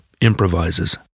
improvises